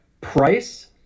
price